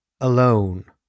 alone